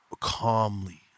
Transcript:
calmly